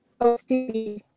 OCD